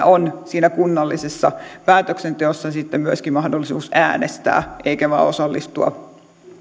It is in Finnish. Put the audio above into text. on kunnallisessa päätöksenteossa sitten myöskin mahdollisuus äänestää eikä vain osallistua